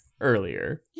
earlier